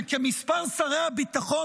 כמספר שרי הביטחון